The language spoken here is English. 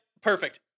perfect